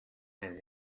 einen